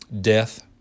Death